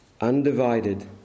undivided